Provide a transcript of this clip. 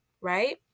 right